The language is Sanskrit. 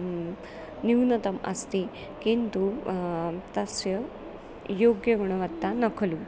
न्यूनम् अस्ति किन्तु तस्य योग्यगुणवत्ता न खलु